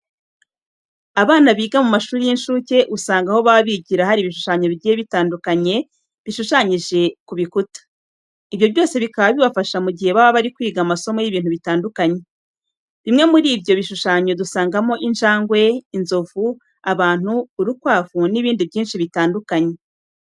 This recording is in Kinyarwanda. Abana biga mu mashuri y'incuke, usanga aho baba bigira hari ibishushanyo bigiye bitandukanye bishushanyije ku bikuta. Ibyo byose bikaba bibafasha mu gihe baba bari kwiga amasomo y'ibintu bitandukanye. Bimwe muri ibyo bishushanyo dusangamo injangwe, inzovu, abantu, urukwavu n'ibindi byinshi bitandukanye.